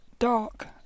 dark